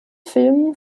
filmen